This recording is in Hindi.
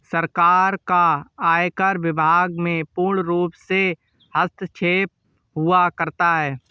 सरकार का आयकर विभाग में पूर्णरूप से हस्तक्षेप हुआ करता है